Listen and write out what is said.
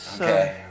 Okay